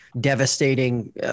devastating